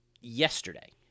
Yesterday